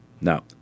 Now